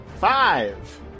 five